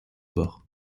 bord